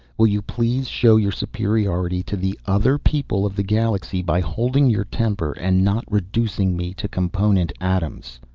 will you please show your superiority to the other people of the galaxy by holding your temper and not reducing me to component atoms?